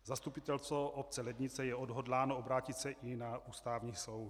Zastupitelstvo obce Lednice je odhodláno obrátit se i na Ústavní soud.